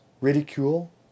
ridicule